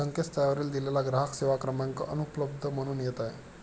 संकेतस्थळावर दिलेला ग्राहक सेवा क्रमांक अनुपलब्ध म्हणून येत आहे